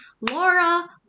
Laura